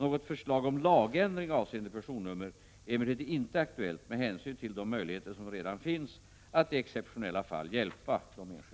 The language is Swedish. Något förslag om lagändring avseende personnummer är emellertid inte aktuellt med hänsyn till de möjligheter som redan finns att i exceptionella fall hjälpa de enskilda.